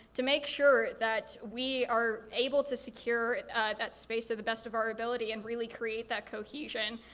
to make sure that we are able to secure that space to the best of our ability and really create that cohesion.